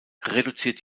reduziert